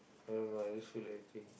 I don't know I just feel like eating